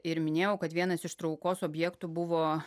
ir minėjau kad vienas iš traukos objektų buvo